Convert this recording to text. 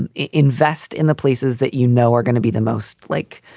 and invest in the places that you know are gonna be the most like